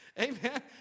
Amen